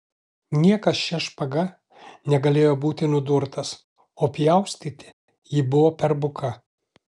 niekas šia špaga negalėjo būti nudurtas o pjaustyti ji buvo per buka